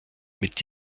mit